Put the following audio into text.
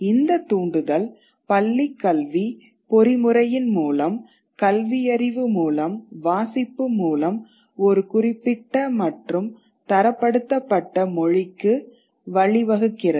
இந்த தூண்டுதல் பள்ளிக்கல்வி பொறிமுறையின் மூலம் கல்வியறிவு மூலம் வாசிப்பு மூலம் ஒரு குறிப்பிட்ட மற்றும் தரப்படுத்தப்பட்ட மொழிக்கு வழிவகுக்கிறது